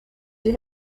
die